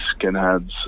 skinheads